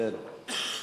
פיצוי לנפגעי פוליו (תיקון מס' 2),